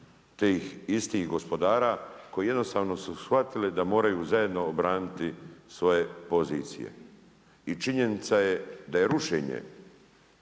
tih istih gospodara koji jednostavno su shvatili da moraju zajedno obraniti svoje pozicije. I činjenica je da je rušenje